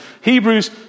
Hebrews